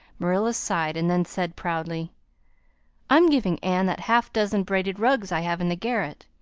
marilla sighed and then said proudly i'm giving anne that half dozen braided rugs i have in the garret.